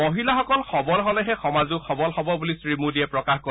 মহিলাসকল সবল হ'লেহে সমাজো সবল হ'ব বুলিও শ্ৰী মোদীয়ে প্ৰকাশ কৰে